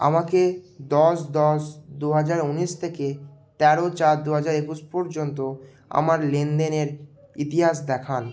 আমাকে দশ দশ দু হাজার উনিশ থেকে তেরো চার দু হাজার একুশ পর্যন্ত আমার লেনদেনের ইতিহাস দেখান